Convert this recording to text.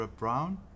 Brown